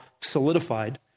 solidified